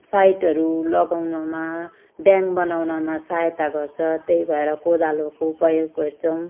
साइडहरू लगाउनमा ड्याङ बनाउनमा सहायता गर्छ त्यही भएर कोदालोको प्रयोग गर्छौँ